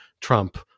Trump